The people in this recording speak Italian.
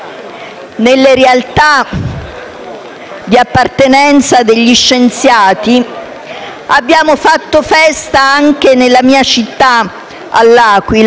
di appartenenza degli scienziati, è stata fatta festa anche nella mia città, L'Aquila, dove